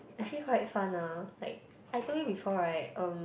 actually quite fun ah like I told you before right um